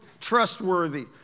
trustworthy